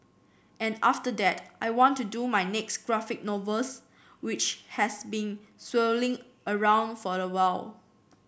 and after that I want do my next graphic novels which has been swirling around for a while